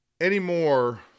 Anymore